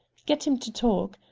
get him to talk.